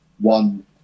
one